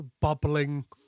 bubbling